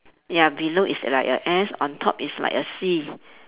ya below is like a S on top is like a C